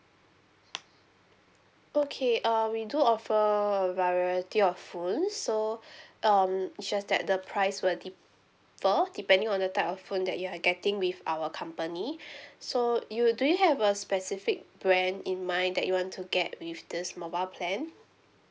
okay uh we do offer a variety of phones so um it's just that the price will differ depending on the type of phone that you are getting with our company so you do you have a specific brand in mind that you want to get with this mobile plan